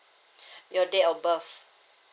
your date of birth